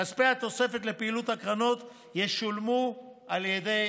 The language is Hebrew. כספי התוספת לפעילות הקרנות ישולמו על ידי